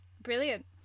Brilliant